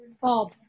Bob